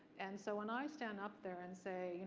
and so when i stand up there and say,